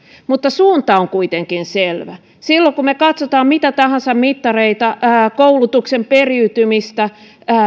mutta suunta on kuitenkin selvä kun me katsomme mitä tahansa mittaria koulutuksen periytymistä